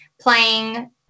playing